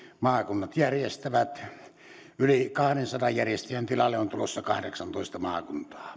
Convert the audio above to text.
maakunnat järjestävät yli kahdensadan järjestäjän tilalle on tulossa kahdeksantoista maakuntaa